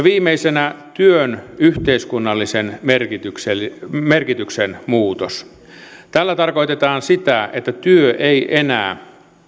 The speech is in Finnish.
viimeisenä viisi työn yhteiskunnallisen merkityksen merkityksen muutos tällä tarkoitetaan sitä että työ ei enää